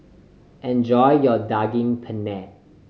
enjoy your Daging Penyet